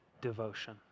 devotion